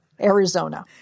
Arizona